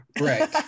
Right